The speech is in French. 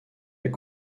est